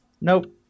Nope